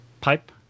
pipe